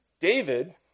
David